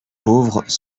pauvres